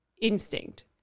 instinct